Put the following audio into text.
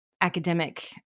academic